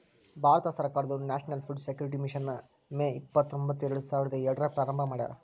ಭಾರತ ಸರ್ಕಾರದವ್ರು national food security mission ನ May ಇಪ್ಪತ್ರೊಂಬತ್ತು ಎರಡುಸಾವಿರದ ಏಳ್ರಾಗ ಪ್ರಾರಂಭ ಮಾಡ್ಯಾರ